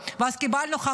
ואז קיבלנו את 7 באוקטובר,